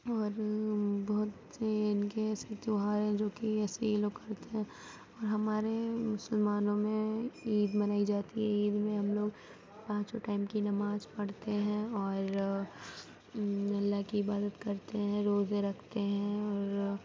اور بھی بہت سے ان کے ایسے تیوہار ہیں جو کہ اسے یہ لوگ کرتے ہیں اور ہمارے مسلمانوں میں عید منائی جاتی ہے عید میں ہم لوگ پانچوں ٹائم کی نماز پڑھتے ہیں اور اللہ کی عبادت کرتے ہیں روزے رکھتے ہیں اور